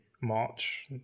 March